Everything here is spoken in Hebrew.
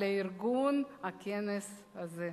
על ארגון הכנס הזה.